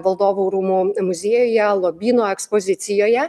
valdovų rūmų muziejuje lobyno ekspozicijoje